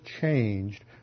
changed